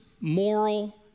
moral